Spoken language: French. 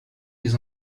des